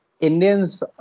Indians